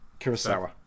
Kurosawa